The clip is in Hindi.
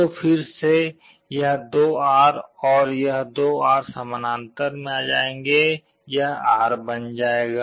तो फिर से यह 2R और यह 2R समानांतर में आ जायेंगे यह R बन जाएगा